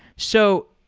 so,